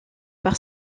par